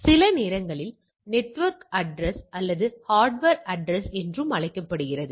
உண்மையில் இந்த நேர்வுப்பட்டியல் அட்டவணையைப் பற்றி பின்னர் பேசுவோம்